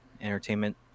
entertainment